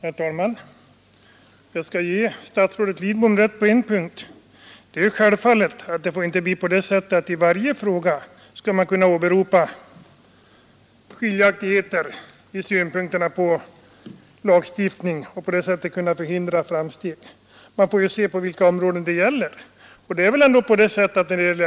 Herr talman! Jag skall ge statsrådet Lidbom rätt på en punkt. Det får självfallet inte bli på det sättet, att man i varje fråga skall kunna åberopa skiljaktigheter i synpunkterna på lagstiftning och därigenom förhindra framsteg, utan man får väl se efter på vilka områden sådana skiljaktigheter finns.